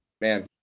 man